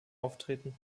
auftreten